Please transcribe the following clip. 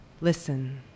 Listen